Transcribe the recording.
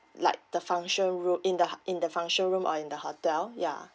like the function room in the ha~ in the function room or in the hotel ya